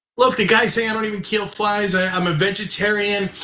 look, the guy's saying, i don't even kill flies, ah i'm a vegetarian.